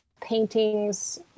paintings